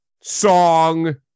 song